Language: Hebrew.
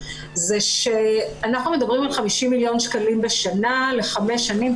זה שאנחנו מדברים על 50 מיליון שקלים בשנה לחמש שנים,